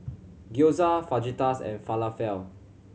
Gyoza Fajitas and Falafel